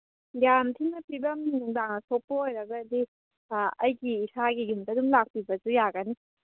ꯌꯥꯝ ꯊꯤꯅ ꯐꯤꯕꯝ ꯅꯨꯡꯗꯥꯡ ꯑꯁꯣꯛꯄ ꯑꯣꯏꯔꯒꯗꯤ ꯑꯩꯒꯤ ꯏꯁꯥꯒꯤ ꯌꯨꯝꯗ ꯑꯗꯨꯝ ꯂꯥꯛꯄꯤꯕꯁꯨ ꯌꯥꯒꯅꯤ